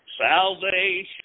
Salvation